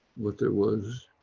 what it was,